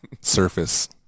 surface